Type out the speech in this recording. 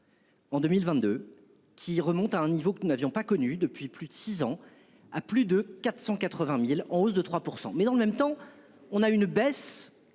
En 2022, qui remonte à un niveau que nous n'avions pas connue depuis plus de 6 ans à plus de 480.000 en hausse de 3% mais dans le même temps on a une baisse